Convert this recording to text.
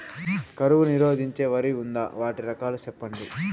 కరువు నిరోధించే వరి ఉందా? వాటి రకాలు చెప్పండి?